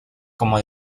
como